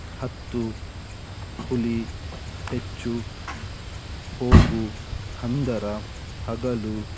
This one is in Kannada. ಹತ್ತು ಹುಲಿ ಹೆಚ್ಚು ಹೋಗು ಹಂದರ ಹಗಲು